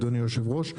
אדוני היושב-ראש,